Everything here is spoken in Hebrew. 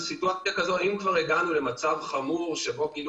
אם כבר הגענו למצב חמור שבו גילו